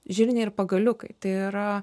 žirniai ir pagaliukai tai yra